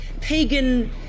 pagan